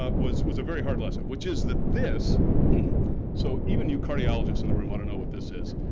ah was was a very hard lesson, which is that this so even you cardiologists in the room want to know what this is.